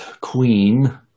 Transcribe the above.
queen